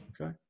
Okay